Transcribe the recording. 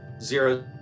zero